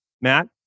Matt